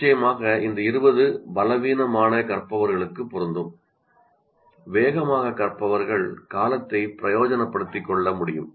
நிச்சயமாக இந்த 20 பலவீனமான கற்பவர்களுக்கு பொருந்தும் வேகமான கற்பவர்கள் காலத்தை ப்ரயோஜனப்படுத்தி கொள்ள முடியும்